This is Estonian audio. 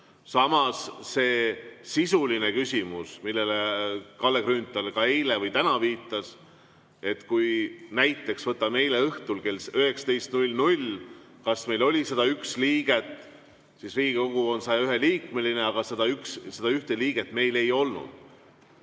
Samas, see sisuline küsimus, millele Kalle Grünthal eile või täna viitas, näiteks, võtame eile õhtul kell 19 – kas meil oli siis 101 liiget? Riigikogu on 101‑liikmeline, aga 101 liiget meil ei olnud.